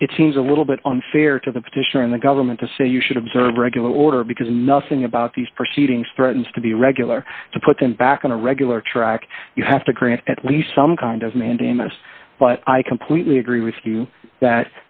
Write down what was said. it's it seems a little bit unfair to the petitioner in the government to say you should observe regular order because nothing about these proceedings threatens to be a regular to put them back on a regular track you have to grant at least some kind of mandamus but i completely agree with you that